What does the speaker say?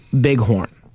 Bighorn